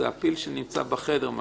זה ה"פיל" שנמצא בחדר.